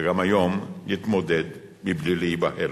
וגם היום נתמודד מבלי להיבהל.